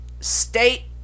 state